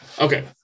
Okay